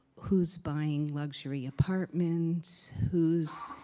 who's buying luxury apartments, who's